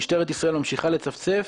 משטרת ישראל ממשיכה לצפצף,